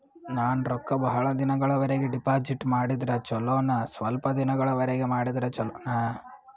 ನಾನು ರೊಕ್ಕ ಬಹಳ ದಿನಗಳವರೆಗೆ ಡಿಪಾಜಿಟ್ ಮಾಡಿದ್ರ ಚೊಲೋನ ಸ್ವಲ್ಪ ದಿನಗಳವರೆಗೆ ಮಾಡಿದ್ರಾ ಚೊಲೋನ?